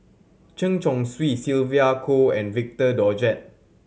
Chen Chong Swee Sylvia Kho and Victor Doggett